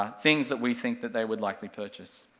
ah things that we think that they would likely purchase.